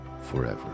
forever